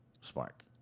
Spark